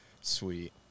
Sweet